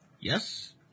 Yes